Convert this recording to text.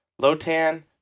Lotan